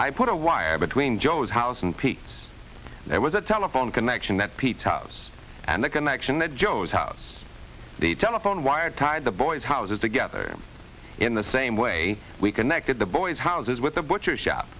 i put a wire between joe's house and pete's there was a telephone connection that pete's house and the connection that joe's house the telephone wire tied the boys houses together in the same way we connected the boys houses with a butcher shop